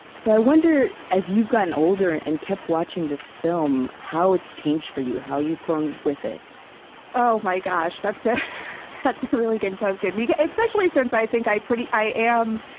so i wonder, as you've gotten older and and kept watching this film, how it's changed for you, how you've grown with it oh, my gosh, that's a that's a really good question and yeah especially since i think i pretty i am